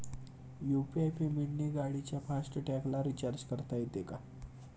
UPI पेमेंटने गाडीच्या फास्ट टॅगला रिर्चाज करता येते का?